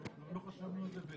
אנחנו לא חשבנו על זה.